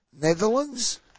Netherlands